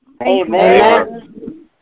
Amen